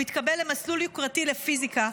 הוא התקבל למסלול יוקרתי לפיזיקה,